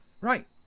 Right